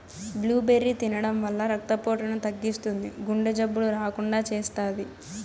blueberry తినడం వల్ల రక్త పోటును తగ్గిస్తుంది, గుండె జబ్బులు రాకుండా చేస్తాది